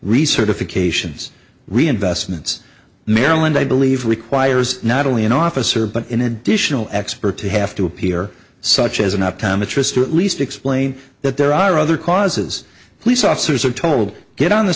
recertification these reinvestments maryland i believe requires not only an officer but an additional expert to have to appear such as an optometrist or at least explain that there are other causes police officers are told get on the